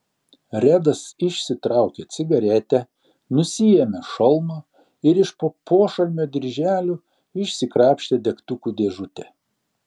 redas išsitraukė cigaretę nusiėmė šalmą ir iš po pošalmio dirželių išsikrapštė degtukų dėžutę